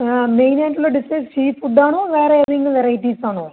ആ മെയിനായിട്ട് ഉള്ള ഡിഷ് സീഫുഡ് ആണോ വേറെ ഏതെങ്കിലും വെറൈറ്റീസ് ആണോ